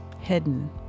hidden